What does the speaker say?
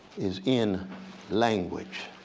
is in language.